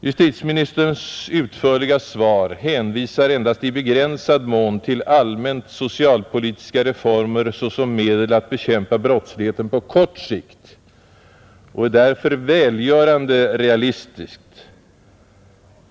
Justitieministerns utförliga svar hänvisar endast i begränsad mån till allmänt socialpolitiska reformer såsom medel att bekämpa brottsligheten på kort sikt. Svaret är därför enligt min mening välgörande realistiskt.